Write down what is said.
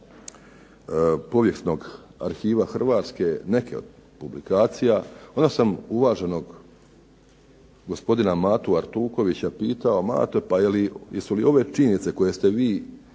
povijesnog arhiva Hrvatske, neke od publikacija onda sam uvaženog gospodina Matu Artukovića pitao, Mato pa jesu li ove činjenice koje ste vi